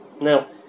Now